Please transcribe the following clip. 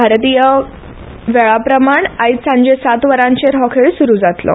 भारतीय प्रमाण वेळा प्रमाण आज सांजे सात वरांचेर हो खेळ सुरू जातलो